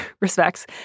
respects